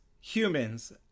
humans